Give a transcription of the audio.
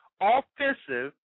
offensive